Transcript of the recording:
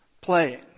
playing